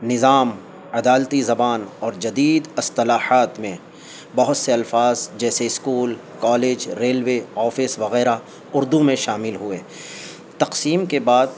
نظام عدالتی زبان اور جدید اصطلاحات میں بہت سے الفاظ جیسے اسکول کالج ریلوے آفس وغیرہ اردو میں شامل ہوئے تقسیم کے بعد